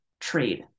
trade